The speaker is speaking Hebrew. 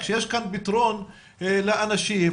כשיש כאן פתרון לאנשים,